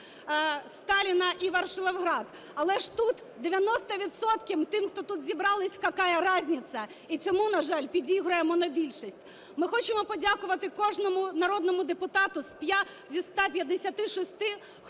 Сталіно і Ворошиловград. Але ж тут 90 відсотків тих, хто тут зібралися, "какая разница", і цьому, на жаль, підігрує монобільшість. Ми хочемо подякувати кожному народному депутату зі 156-и,